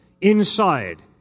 inside